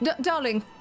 Darling